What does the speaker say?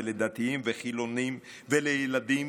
לדתיים וחילונים ולילדים,